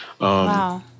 Wow